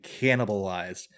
cannibalized